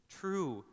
true